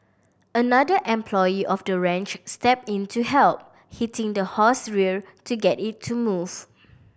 another employee of the ranch stepped into help hitting the horse rear to get it to move